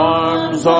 arms